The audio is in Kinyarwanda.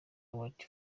award